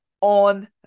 on